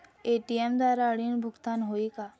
ATM द्वारा ऋण भुगतान होही का?